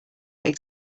quite